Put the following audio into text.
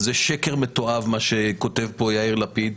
זה שקר מתועב, מה שכותב פה יאיר לפיד.